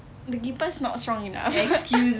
the kipas not strong enough